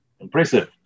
impressive